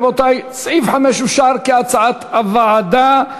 רבותי, סעיף 5 אושר, כהצעת הוועדה.